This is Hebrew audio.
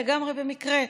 לגמרי במקרה,